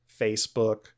Facebook